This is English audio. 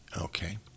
okay